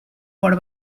por